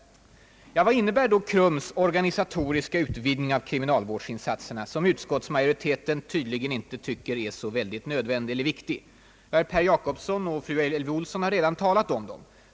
Vad innebär då KRUM:s »organisatoriska utvidgning av kriminalvårdsinsatserna» som utskottsmajoriteten tydligen inte tycker är nödvändig eller viktig? Ja, herr Per Jacobsson och fru Elvy Olsson har redan talat om det.